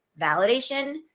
validation